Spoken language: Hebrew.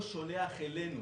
הוא שולח אלינו